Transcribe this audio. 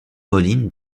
moline